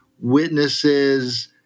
witnesses